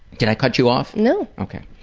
did i cut you off? no. ok.